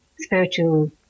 spiritual